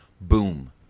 Boom